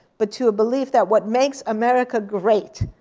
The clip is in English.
but to a belief that what makes america great,